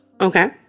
Okay